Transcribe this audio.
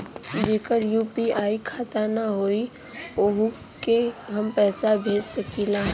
जेकर यू.पी.आई खाता ना होई वोहू के हम पैसा भेज सकीला?